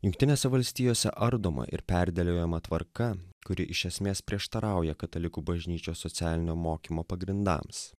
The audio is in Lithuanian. jungtinėse valstijose ardoma ir perdėliojama tvarka kuri iš esmės prieštarauja katalikų bažnyčios socialinio mokymo pagrindams